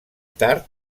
tard